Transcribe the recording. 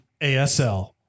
ASL